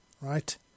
right